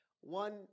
one